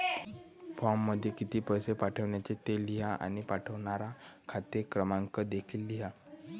फॉर्ममध्ये किती पैसे पाठवायचे ते लिहा आणि पाठवणारा खाते क्रमांक देखील लिहा